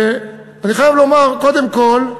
אני חייב לומר, קודם כול,